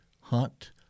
hunt